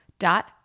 dot